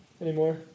Anymore